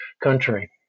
country